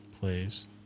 plays